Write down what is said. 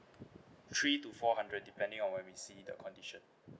three to four hundred depending on when we see the condition